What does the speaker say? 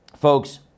folks